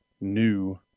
new